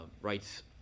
rights